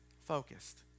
focused